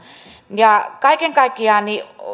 kaiken kaikkiaan